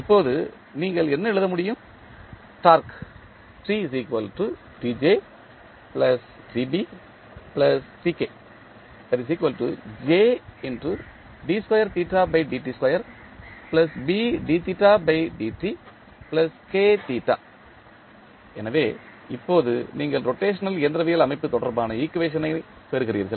இப்போது நீங்கள் என்ன எழுத முடியும் டார்க்கு எனவே இப்போது நீங்கள் ரொட்டேஷனல் இயந்திரவியல் அமைப்பு தொடர்பான ஈக்குவேஷன் ஐப் பெறுகிறீர்கள்